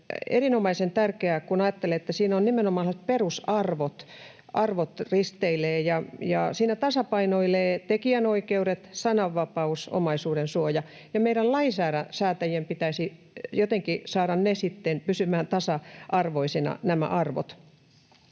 erinomaisen tärkeä, kun ajattelee, että siinä risteilevät nimenomaan perusarvot ja siinä tasapainoilevat tekijänoikeudet, sananvapaus ja omaisuudensuoja. Ja meidän lainsäätäjien pitäisi jotenkin saada nämä arvot sitten pysymään tasa-arvoisina.